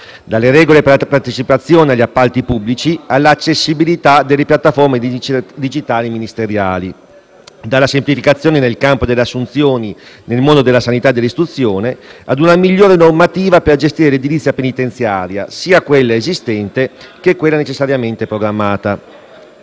dalle regole per la partecipazione agli appalti pubblici all'accessibilità delle piattaforme digitali ministeriali, dalla semplificazione del campo delle assunzioni nel mondo della sanità e dell'istruzione ad una migliore normativa per gestire l'edilizia penitenziaria sia quella esistente, che quella necessariamente programmata.